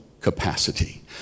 capacity